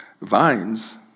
Vines